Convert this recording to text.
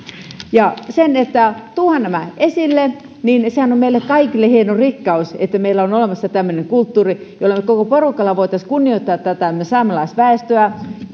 sehän että tuodaan nämä esille on meille kaikille hieno rikkaus kun meillä on olemassa tämmöinen kulttuuri jolloin me koko porukalla voisimme kunnioittaa saamelaisväestöä